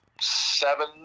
seven